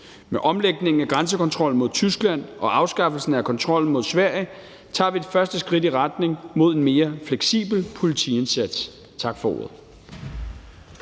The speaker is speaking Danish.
Med omlægningen af grænsekontrollen mod Tyskland og afskaffelsen af kontrollen mod Sverige tager vi første skridt i retning mod en mere fleksibel politiindsats. Tak for ordet.